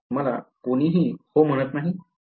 मला कोणीही हो म्हणत नाही